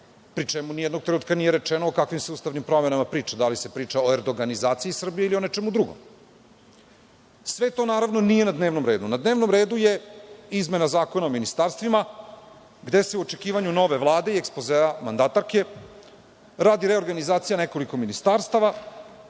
pri čemu nijednog trenutka nije rečeno o kakvim se ustavnim promenama priča, da li se priča o erdoganizaciji Srbije ili o nečemu drugom. Sve to naravno nije na dnevnom redu. Na dnevnom redu je izmena Zakona o ministarstvima, gde se u očekivanju nove Vlade i ekspozea mandatarke, radi reorganizacija nekoliko ministarstava